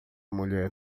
mulher